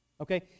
Okay